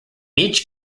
each